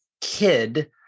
kid